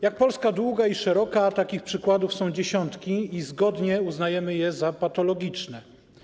Jak Polska długa i szeroka takich przykładów są dziesiątki i zgodnie uznajemy je za patologiczne.